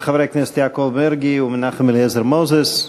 של חברי הכנסת יעקב מרגי ומנחם אליעזר מוזס.